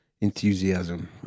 enthusiasm